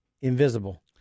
invisible